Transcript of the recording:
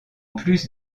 plus